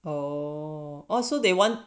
or also they want